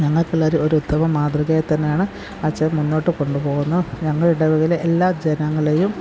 ഞങ്ങള്ക്കിന്നൊരു ഒരു ഉത്തമ മാതൃകയായിത്തന്നെയാണ് അച്ചൻ മുന്നോട്ട് കൊണ്ടുപോകുന്നു ഞങ്ങൾ ഇടവകയിലെ എല്ലാ ജനങ്ങളെയും